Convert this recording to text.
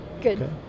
Good